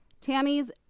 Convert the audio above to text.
Tammy's